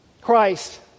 Christ